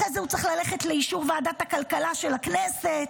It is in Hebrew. אחרי זה הוא צריך ללכת לאישור ועדת הכלכלה של הכנסת,